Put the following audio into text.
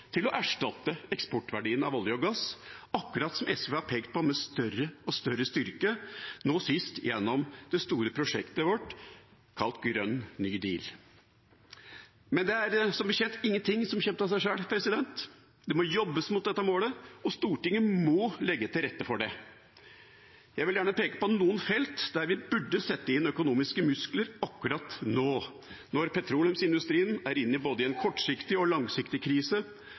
til å erstatte eksportverdien av olje og gass, akkurat som SV har pekt på med større og større styrke, nå sist gjennom det store prosjektet vårt kalt Grønn ny deal. Men som bekjent, «itjnå kjæm tå sæ sjøl». Det må jobbes mot dette målet, og Stortinget må legge til rette for det. Jeg vil gjerne peke på noen felt der vi burde sette inn økonomiske muskler akkurat nå, når petroleumsindustrien er inne i en både kortsiktig og en langsiktig krise,